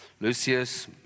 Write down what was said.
Lucius